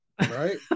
right